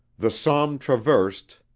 the somme traversed,